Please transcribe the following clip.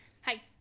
Hi